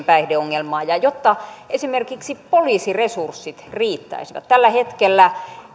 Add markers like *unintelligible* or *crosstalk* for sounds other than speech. *unintelligible* päihdeongelmaa ja jotta esimerkiksi poliisiresurssit riittäisivät tällä hetkellä